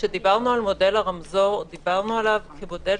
-- כשדיברנו על מודל הרמזור, דיברנו עליו כמודל